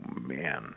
man